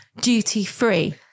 duty-free